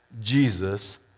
Jesus